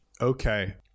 Okay